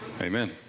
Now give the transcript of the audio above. Amen